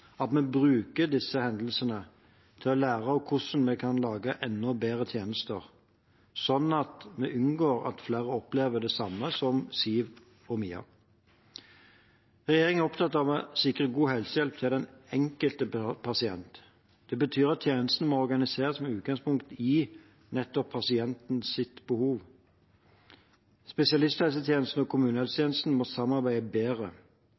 at vi bruker disse hendelsene til å lære hvordan vi kan lage enda bedre tjenester, slik at vi unngår at flere opplever det samme som Siw og Mia. Regjeringen er opptatt av å sikre god helsehjelp til den enkelte pasient. Det betyr at tjenestene må organiseres med utgangspunkt i nettopp pasientens behov. Spesialisthelsetjenesten og kommunehelsetjenesten må samarbeide bedre.